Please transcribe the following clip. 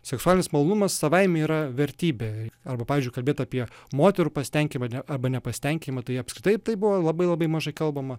seksualinis malonumas savaime yra vertybė arba pavyzdžiui kalbėt apie moterų pasitenkinimą arba nepasitenkinimą tai apskritai tai buvo labai labai mažai kalbama